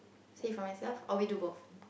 say for myself or we do both